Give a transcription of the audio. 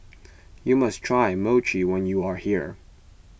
you must try Mochi when you are here